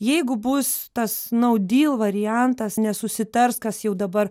jeigu bus tas nau dyl variantas nesusitars kas jau dabar